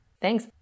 Thanks